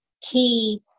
key